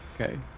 Okay